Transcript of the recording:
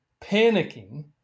panicking